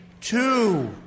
two